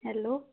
hello